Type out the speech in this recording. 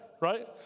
right